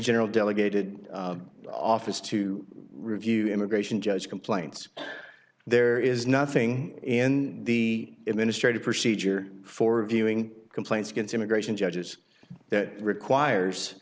general delegated office to review immigration judge complaints there is nothing in the administration procedure for viewing complaints against immigration judges that requires